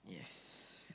yes